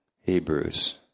Hebrews